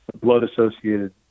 blood-associated